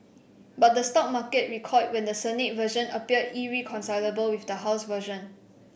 but the stock market recoiled when the Senate version appeared irreconcilable with the house version